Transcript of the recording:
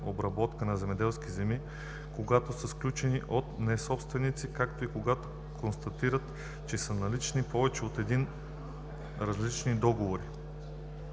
обработка на земеделски земи, когато са сключени от несобственици, както и когато констатират, че са налични повече от един различни договора.